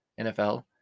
NFL